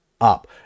up